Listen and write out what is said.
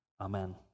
Amen